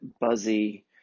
buzzy